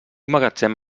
magatzem